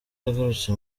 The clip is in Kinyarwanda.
yagarutse